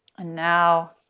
ah now,